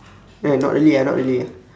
eh not really ah not really ah